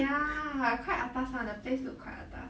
ya quite atas [one] the place look quite atas